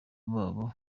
babo